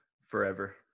forever